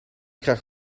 krijg